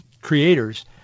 creators